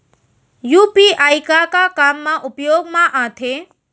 UPI का का काम मा उपयोग मा आथे?